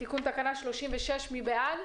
תיקון תקנה 36. מי בעד?